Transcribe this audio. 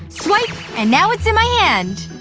swipe, and now it's in my hand!